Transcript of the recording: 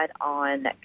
on